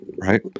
Right